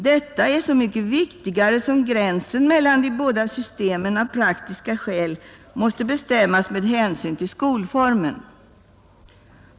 Detta är så mycket viktigare som gränsen mellan de båda systemen av praktiska skäl måste bestämmas med hänsyn till skolformen.